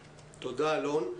תודה, אלון.